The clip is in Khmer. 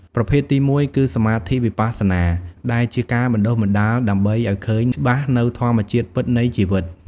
ប្រភេទទីមួយគឺ សមាធិវិបស្សនា ដែលជាការបណ្តុះបណ្តាលដើម្បីឱ្យឃើញច្បាស់នូវធម្មជាតិពិតនៃជីវិត។